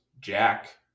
Jack